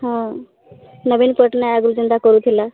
ହଁ ନବୀନ ପଟ୍ଟନାୟକ ଆଗରୁ ଯେନ୍ତା କରୁଥିଲା